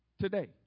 today